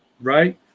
right